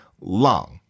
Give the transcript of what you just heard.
long